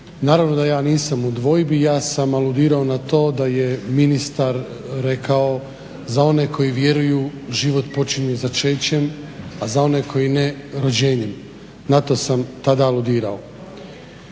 Naravno da ja nisam u dvojbi, ja sam aludirao na to da je ministar rekao za one koji vjeruju život počinje začećem, a za one koji ne rođenjem. Na to sam tada aludirao.